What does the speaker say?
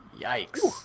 Yikes